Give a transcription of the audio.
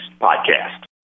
Podcast